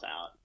out